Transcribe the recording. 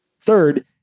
Third